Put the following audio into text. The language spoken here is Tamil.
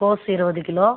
கோஸ் இருபது கிலோ